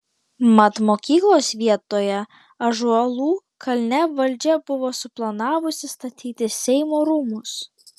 mat mokyklos vietoje ąžuolų kalne valdžia buvo suplanavusi statyti seimo rūmus